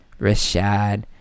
Rashad